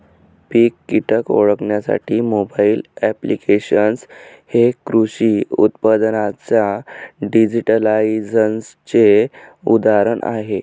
पीक कीटक ओळखण्यासाठी mobile applications हे कृषी उत्पादनांच्या डिजिटलायझेशनचे उदाहरण आहे